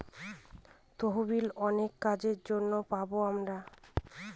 তহবিল অনেক কাজের জন্য পাবো আমরা